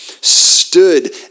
stood